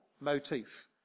motif